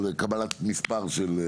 על קבלת מספר.